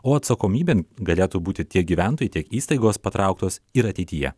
o atsakomybėn galėtų būti tiek gyventojai tiek įstaigos patrauktos ir ateityje